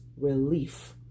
relief